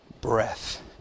breath